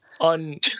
on